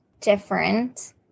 different